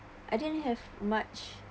I didn't have much